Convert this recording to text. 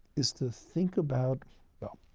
is to think about well,